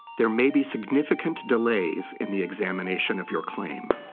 there may be significant delays in the examination of your claim.